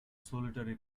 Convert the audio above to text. solitary